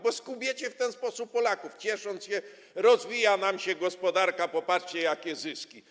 Bo skubiecie w ten sposób Polaków, ciesząc się: rozwija nam się gospodarka, popatrzcie, jakie zyski.